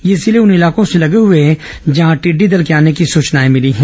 ये जिले उन इलाकों से लगे हुए हैं जहां टिड्डी दल के आने की सूचनाए भिली हैं